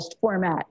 format